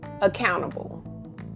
accountable